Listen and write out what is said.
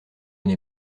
n’ai